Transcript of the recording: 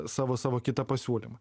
savo savo kitą pasiūlymą